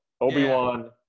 Obi-Wan